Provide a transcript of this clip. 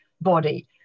body